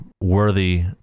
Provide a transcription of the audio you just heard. worthy